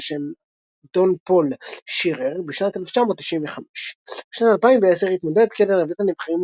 ע"ש דון פול שירר בשנת 1995. בשנת 2010 התמודד קלר לבית הנבחרים